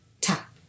tap